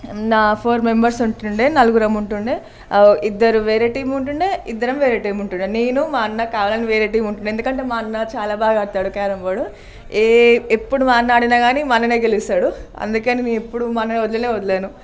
నా four members ఉంటుండే నలుగురు ఉంటుండే ఇద్దరు వేరే టీం ఉంటుండే ఇద్దరు వేరే టీమ్ ఉంటుండే నేను మా అన్న కావాలనే వేరే టీమ్ ఉంటుండే మా అన్న చాలా బాగా ఆడతాడు క్యారమ్ బోర్డు ఎప్పుడు మా అన్న ఆడినా కానీ మా అన్ననే గెలుస్తాడు అందుకే ఎప్పుడు మా అన్నని వదిలే వదలను